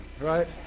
right